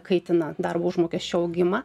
kaitina darbo užmokesčio augimą